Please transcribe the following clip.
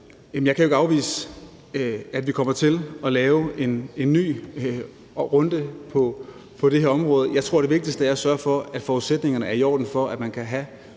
Jeg kan ikke afvise, at vi kommer til at lave en ny runde på det her område. Jeg tror, det vigtigste er at sørge for, at forudsætningerne for, at man kan have